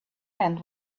end